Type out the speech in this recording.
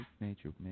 nature